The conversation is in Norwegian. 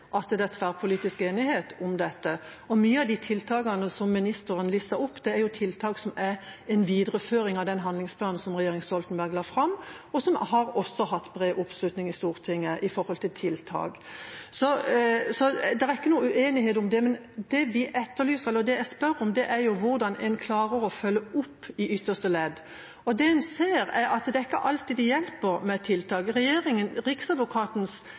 at det er tverrpolitisk enighet om dette. Mange av de tiltakene som ministeren lister opp, er jo tiltak som er en videreføring av den handlingsplanen som regjeringa Stoltenberg la fram, og som også har hatt bred oppslutning i Stortinget når det gjelder tiltak. Så det er ikke noen uenighet om det. Det jeg spør om, er hvordan en klarer å følge opp i ytterste ledd. Det en ser, er at det er ikke alltid det hjelper med tiltak. Riksadvokatens